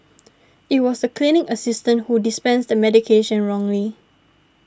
it was the clinic assistant who dispensed the medication wrongly